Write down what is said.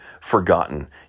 forgotten